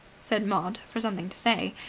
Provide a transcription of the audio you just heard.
said maud, for something to say.